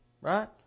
Right